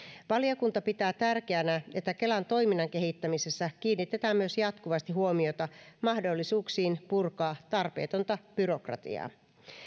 valiokunta pitää tärkeänä että kelan toiminnan kehittämisessä kiinnitetään myös jatkuvasti huomiota mahdollisuuksiin purkaa tarpeetonta byrokratiaa